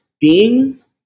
beings